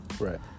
Right